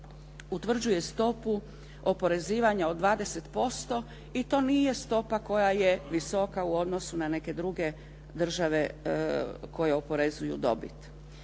utvrđuje stopu oporezivanja od 20% i to nije stopa koja je visoka u odnosu na neke druge države koje oporezuju dobit.